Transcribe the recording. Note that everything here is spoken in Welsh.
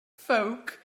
ffowc